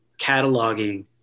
cataloging